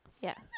Yes